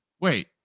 wait